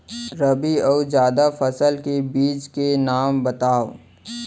रबि अऊ जादा फसल के बीज के नाम बताव?